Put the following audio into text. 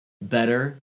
better